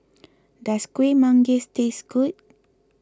does Kuih Manggis tastes good